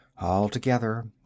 altogether